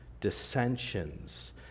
dissensions